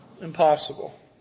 impossible